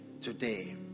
today